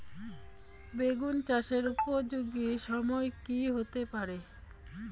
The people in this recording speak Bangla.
বেগুন চাষের উপযোগী সময় কি হতে পারে?